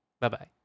bye-bye